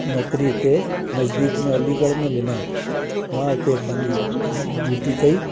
नौकिरी हिते नज़दीक में अलीगढ़ में ॾिनऊं मां हुते पंहिंजी ड्यूटी कई